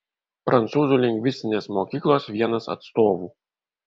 prancūzų lingvistinės mokyklos vienas atstovų